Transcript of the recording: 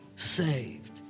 Saved